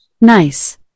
Nice